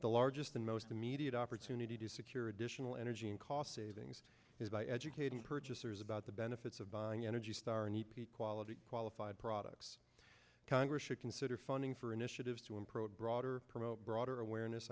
the largest and most immediate opportunity to secure additional energy and cost savings is by educating purchasers about the benefits of buying energy star an e p quality qualified products congress to consider funding for initiatives to in pro draw her promote broader awareness